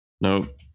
Nope